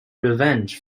revenge